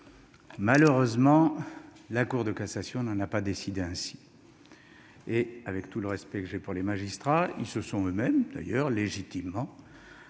Malheureusement, la Cour de cassation n'en a pas décidé ainsi, avec tout le respect que j'ai pour les magistrats. Ceux-ci se sont eux-mêmes légitimement